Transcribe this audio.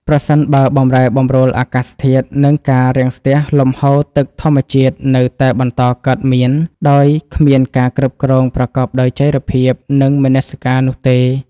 ប្រសិនបើបម្រែបម្រួលអាកាសធាតុ និងការរាំងស្ទះលំហូរទឹកធម្មជាតិនៅតែបន្តកើតមាន ដោយគ្មានការគ្រប់គ្រងប្រកបដោយចីរភាព និងមនសិការនោះទេ។